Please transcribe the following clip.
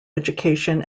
education